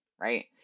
right